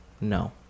no